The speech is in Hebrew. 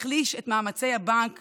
תחליש את מאמצי הבנק